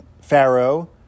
Pharaoh